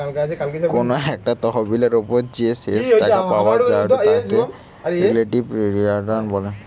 কোনো একটা তহবিলের ওপর যে শেষ টাকা পাওয়া জায়ঢু তাকে রিলেটিভ রিটার্ন বলে